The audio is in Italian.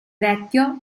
vecchio